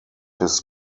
his